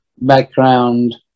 background